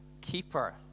keeper